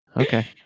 Okay